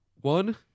One